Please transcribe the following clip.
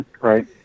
Right